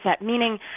meaning